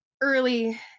early